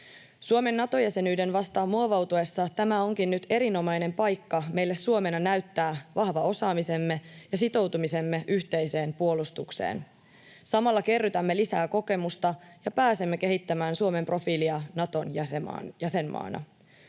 Suomen Nato-jäsenyyden vasta muovautuessa tämä onkin nyt erinomainen paikka meille Suomena näyttää vahva osaamisemme ja sitoutumisemme yhteiseen puolustukseen. Samalla kerrytämme lisää kokemusta ja pääsemme kehittämään Suomen profiilia Naton jäsenmaana.